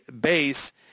base